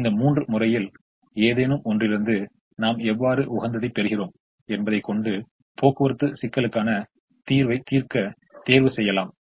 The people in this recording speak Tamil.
இந்த மூன்று முறையில் ஏதேனும் ஒன்றிலிருந்து நாம் எவ்வாறு உகந்ததைப் பெறுகிறோம் என்பதை கொண்டு போக்குவரத்து சிகளுக்கான தீர்க்க தேர்வு செய்யலாம்